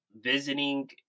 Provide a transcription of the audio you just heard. visiting